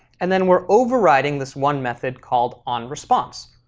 and then we're overriding this one method called onresponse.